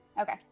Okay